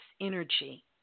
energy